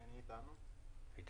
איתנו?